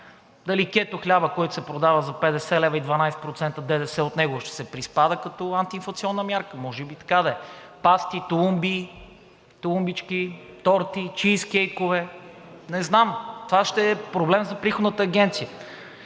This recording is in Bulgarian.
Дали кетохлябът, който се продава за 50 лв. и 12% ДДС, от него ще се приспада като антиинфлационна мярка, може би така да е, пасти, толумбички, торти, чийзкейкове, не знам. Това ще е проблем за Приходната агенция.